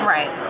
Right